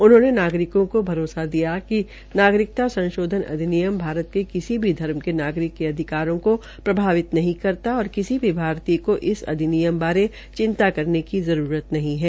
उन्होंने नागरिकों को यह भरोसा दिलाया कि नागरिकता संशोधन अधिनियम भारत को किसी भी धर्म के नागरिक के अधिकारोंको प्रभावित नहीं करता और किसी भी भारतय को इस अधिनियम के बारे में चिंता करने की कोई आवश्यक्ता नहीं है